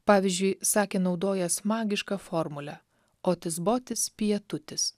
pavyzdžiui sakė naudojąs magišką formulę otis botis pija tutis